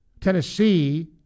Tennessee